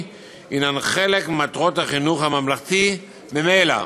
הן חלק ממטרות החינוך הממלכתי ממילא.